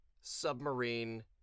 submarine